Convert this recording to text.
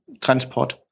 transport